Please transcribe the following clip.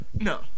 No